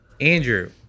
Andrew